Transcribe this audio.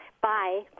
Bye